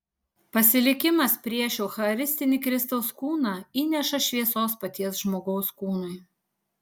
pasilikimas prieš eucharistinį kristaus kūną įneša šviesos paties žmogaus kūnui